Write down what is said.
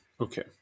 Okay